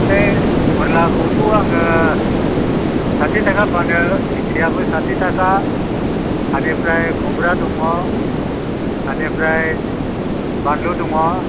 थै फोरलाखौथ' आंङो साटि थाखा फानो भिनदिआबो साटि थाखा बेनिफ्राय खुमब्रा दं बेनिफ्राय बानलु दं